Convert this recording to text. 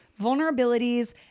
vulnerabilities